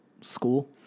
school